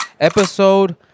episode